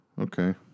Okay